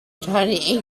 tiny